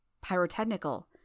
Pyrotechnical